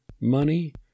money